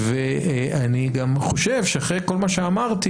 אני גם חושב שאחרי כל מה שאמרתי,